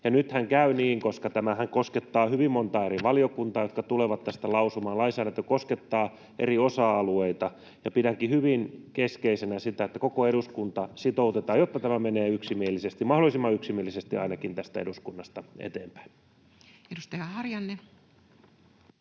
Nythän käy niin, koska tämähän koskettaa hyvin montaa eri valiokuntaa, jotka tulevat tästä lausumaan, lainsäädäntö koskettaa eri osa-alueita. Pidänkin hyvin keskeisenä sitä, että koko eduskunta sitoutetaan, jotta tämä menee yksimielisesti, mahdollisimman yksimielisesti ainakin, tästä eduskunnasta eteenpäin. Edustaja Harjanne.